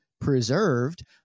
preserved